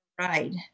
ride